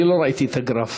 אני לא ראיתי את הגרף,